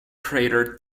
crater